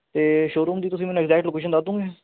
ਅਤੇ ਸ਼ੋਰੂਮ ਦੀ ਤੁਸੀਂ ਮੈਨੂੰ ਐਗਜੈਕਟ ਲੋਕੇਸ਼ਨ ਦੱਸ ਦੂੰਗੇ